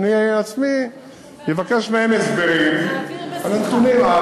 אני עצמי אבקש מהם הסברים על נתונים.